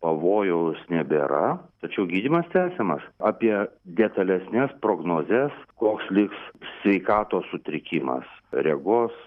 pavojaus nebėra tačiau gydymas tęsiamas apie detalesnes prognozes koks liks sveikatos sutrikimas regos